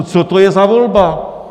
Co to je za volbu?